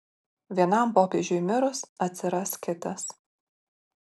vienam popiežiui mirus atsiras kitas